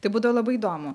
tai būdavo labai įdomu